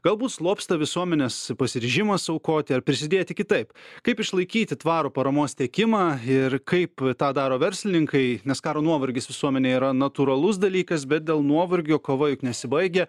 galbūt slopsta visuomenės pasiryžimas aukoti ar prisidėti kitaip kaip išlaikyti tvarų paramos teikimą ir kaip tą daro verslininkai nes karo nuovargis visuomenėje yra natūralus dalykas bet dėl nuovargio kova juk nesibaigia